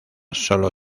sólo